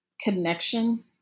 connection